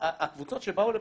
הקבוצות שבאו לפה,